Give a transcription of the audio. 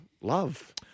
love